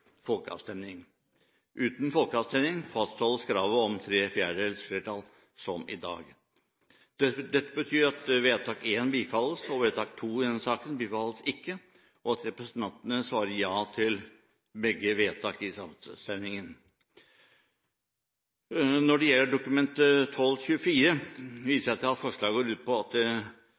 folkeavstemning. Uten folkeavstemning fastholdes kravet om tre fjerdedels flertall, som i dag. Dette betyr at vedtak I bifalles, og vedtak II i denne saken bifalles ikke, og at representantene svarer ja til begge vedtak under avstemningen. Når det gjelder Dokument nr. 12:24 for 2007–2008, viser jeg til at forslaget går ut på at det